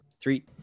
Three